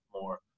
more